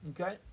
Okay